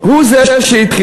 הוא זה שהתחיל,